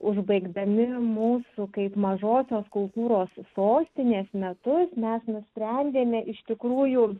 užbaigdami mūsų kaip mažosios kultūros sostinės metus mes nusprendėme iš tikrųjų